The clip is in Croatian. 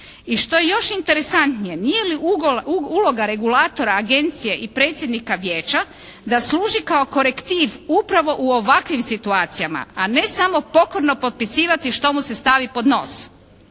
I što je još interesantnije, nije li uloga regulatora agencije i predsjednika Vijeća da služi kao korektiv upravo u ovakvim situacijama, a ne samo pokorno potpisivati što mu se stavi pod nos.